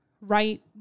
right